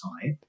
type